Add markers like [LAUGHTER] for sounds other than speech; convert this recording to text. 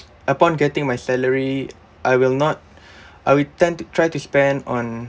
upon getting my salary I will not [BREATH] I will tend to try to spend on